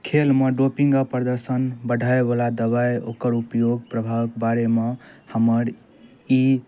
खेलमे डोपिंगके प्रदर्शन बढ़ाबय बला दबाइ ओकर उपयोग प्रभावके बारेमे हमर ई